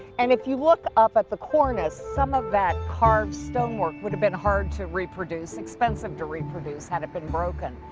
and if you look up at the cornice some of that carved stonework would've been hard to reproduce. expensive to reproduce had it been broken.